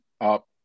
up